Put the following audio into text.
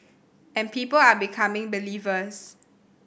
and people are becoming believers